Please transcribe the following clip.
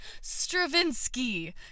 Stravinsky